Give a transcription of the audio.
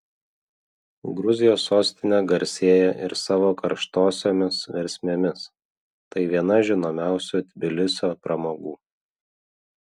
gruzijos sostinė garsėja ir savo karštosiomis versmėmis tai viena žinomiausių tbilisio pramogų